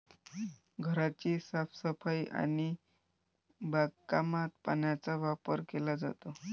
घराची साफसफाई आणि बागकामात पाण्याचा वापर केला जातो